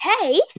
Hey